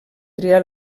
triar